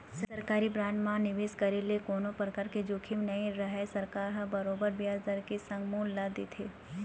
सरकारी बांड म निवेस करे ले कोनो परकार के जोखिम नइ रहय सरकार ह बरोबर बियाज दर के संग मूल ल देथे